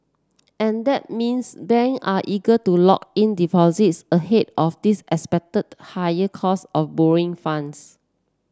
and that means bank are eager to lock in deposits ahead of this expected higher cost of borrowing funds